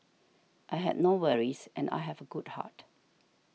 I had no worries and I have a good heart